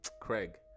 Craig